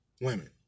women